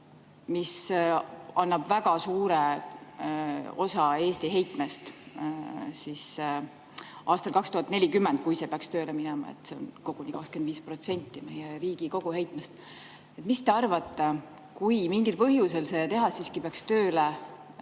mis annab väga suure osa Eesti heitmest aastal 2040, kui see peaks tööle minema. See on koguni 25% meie riigi koguheitmest. Mis te arvate, kui mingil põhjusel see tehas siiski peaks tööle